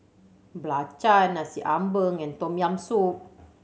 belacan Nasi Ambeng and Tom Yam Soup